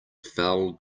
fell